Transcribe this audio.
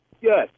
yes